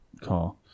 car